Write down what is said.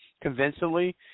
convincingly